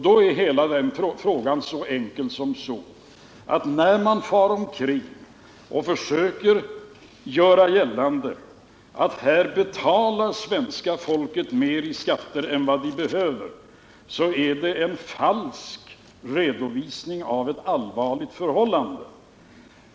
Då är hela frågan så enkel som så: När man far omkring och försöker göra gällande att här betalar svenska folket mer i skatter än vad det behöver, så är det en falsk redovisning av ett allvarligt förhållande.